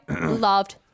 loved